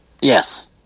Yes